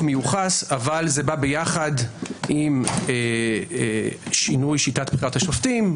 מיוחס אבל זה בא יחד עם שינוי שיטת בחירת השופטים,